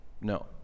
No